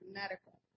medical